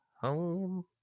Home